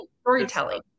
storytelling